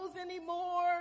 anymore